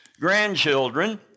grandchildren